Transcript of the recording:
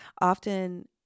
often